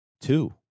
two